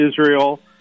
Israel